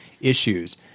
issues